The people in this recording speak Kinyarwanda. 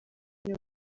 iyo